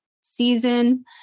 season